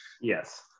Yes